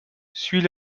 suit